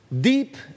deep